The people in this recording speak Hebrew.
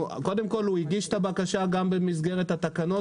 קודם כל הוא הגיש את הבקשה גם במסגרת התקנות,